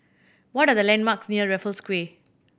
what are the landmarks near Raffles Quay